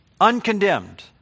uncondemned